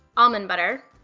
almond butter,